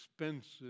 expensive